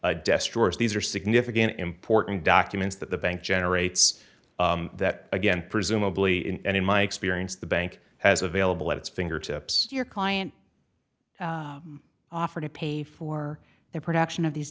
drawers these are significant important documents that the bank generates that again presumably and in my experience the bank has available at its fingertips your client offer to pay for the production of these